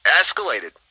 escalated